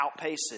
outpaces